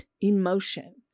emotion